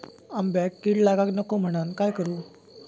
आंब्यक कीड लागाक नको म्हनान काय करू?